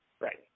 Right